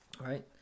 right